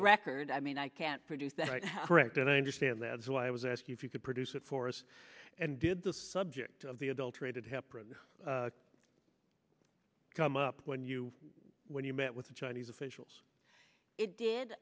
the record i mean i can't produce that correct and i understand that so i was asking if you could produce it for us and did the subject of the adulterated help come up when you when you met with the chinese officials it did